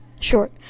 Short